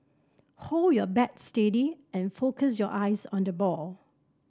hold your bat steady and focus your eyes on the ball